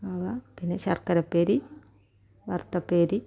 പിന്നെ ശർക്കര ഉപ്പേരി വറുത്ത ഉപ്പേരി